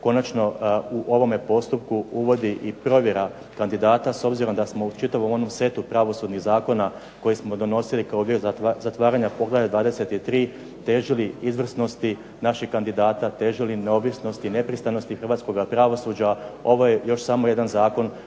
konačno u ovome postupku uvodi i provjera kandidata. S obzirom da smo u čitavom onom setu pravosudnih zakona koje smo donosili kao objekt zatvaranja poglavlja 23., težili izvrsnosti naših kandidata, težili neovisnosti i nepristranosti hrvatskoga pravosuđa, ovo je još samo jedan zakon